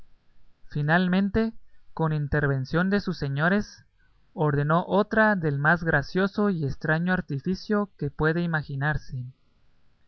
finalmente con intervención de sus señores ordenó otra del más gracioso y estraño artificio que puede imaginarse